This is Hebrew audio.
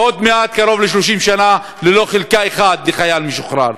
ועוד מעט קרוב ל-30 שנה ללא חלקה אחת לחייל משוחרר.